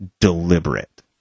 deliberate